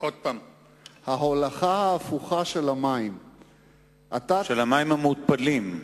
של המים המותפלים.